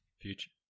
Future